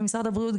ומשרד הבריאות,